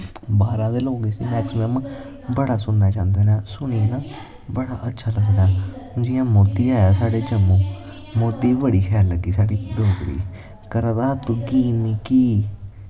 बाह्रा दे लोग इसी मैक्सिमम बड़ा सुनना चांह्दे नै बड़ा अच्छा लगदा ऐ जियां मोदी आया साढ़ी जम्मू मोदी गी बी बड़ी शैल लग्गी साढ़ी डोगरी करा दा हा तुकी मिक्की